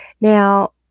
Now